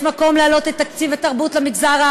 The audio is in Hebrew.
יש מקום להעלות את תקציב התרבות בכלל,